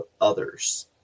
others